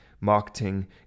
marketing